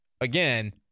again